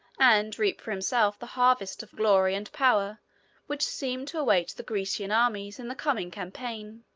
and reap for himself the harvest of glory and power which seemed to await the grecian armies in the coming campaign.